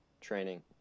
training